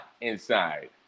inside